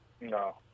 No